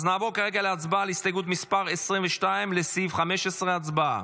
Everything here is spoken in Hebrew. אז נעבור כרגע להצבעה על הסתייגות 22 לסעיף 15. הצבעה.